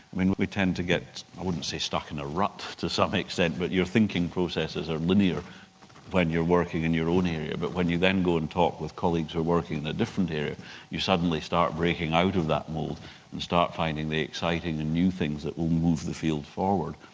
i mean we tend to get, i wouldn't say stuck in a rut to some extent, but you're thinking processes are linear when you're working in your own area. but when you then go and talk with colleagues who are working in a different area you suddenly start breaking out of that mold and start finding the exciting and new things that will move the field forward.